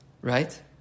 Right